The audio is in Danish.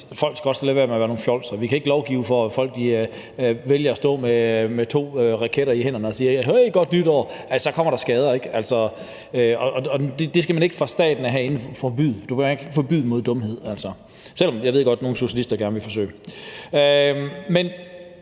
Folk skal også lade være med at være nogle fjolser. Vi kan ikke lovgive mod, at folk vælger at stå med to raketter i hænderne og sige: Hey, godt nytår! For så kommer der jo skader. Og det skal vi ikke fra statens side herinde forbyde. Altså, du kan ikke forbyde dumhed, selv om jeg godt ved, at nogle socialister gerne vil forsøge. Så